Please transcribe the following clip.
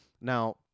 now